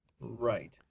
Right